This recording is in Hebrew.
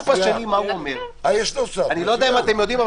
אני לא יודע אם אתם יודעים,